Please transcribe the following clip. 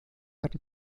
hatte